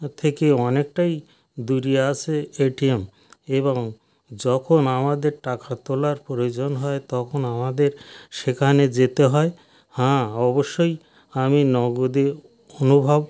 থেকে অনেকটাই দূরে আছে এটিএম এবং যখন আমাদের টাকা তোলার প্রয়োজন হয় তখন আমাদের সেখানে যেতে হয় হ্যাঁ অবশ্যই আমি নগদে অনুভব